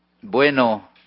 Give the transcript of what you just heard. bueno